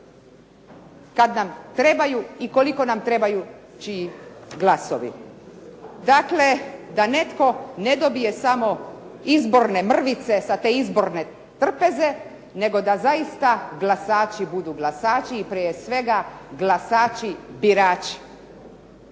kada nam trebaju i koliko nam trebaju čiji glasovi. Dakle, da netko ne dobije samo izborne mrvice sa te izborne trpeze, nego da zaista glasači budu glasači i prije svega glasači, birači.